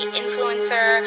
influencer